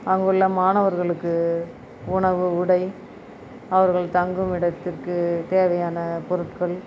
அங்குள்ள மாணவர்களுக்கு உணவு உடை அவர்கள் தங்கும் இடத்திற்கு தேவையான பொருட்கள்